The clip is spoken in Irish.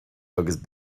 agus